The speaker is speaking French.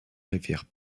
rivière